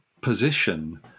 position